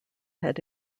had